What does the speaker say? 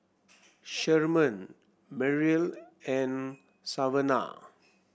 Sherman Merrill and Savanah